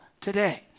today